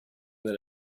that